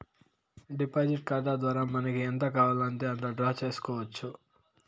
deposit ఖాతా ద్వారా మనకి ఎంత కావాలంటే అంత డ్రా చేసుకోవచ్చు